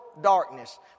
darkness